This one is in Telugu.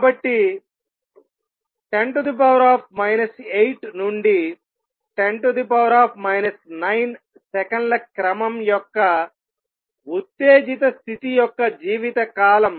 కాబట్టి 10 8 నుండి 10 9 సెకన్ల క్రమం యొక్క ఉత్తేజిత స్థితి యొక్క జీవితకాలం